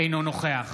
אינו נוכח